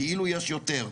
כאילו יש יותר.